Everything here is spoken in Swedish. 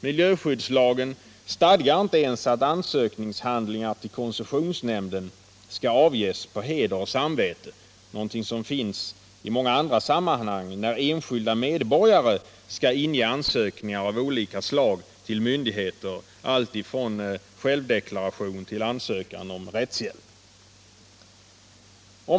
Miljöskyddslagen stadgar inte ens att ansökningshandlingar till koncessionsnämnden skall avges på heder och samvete, någonting som finns i många andra sammanhang när enskilda medborgare skall inge handlingar av olika slag till myndigheter — alltifrån självdeklaration till ansökan om rättshjälp.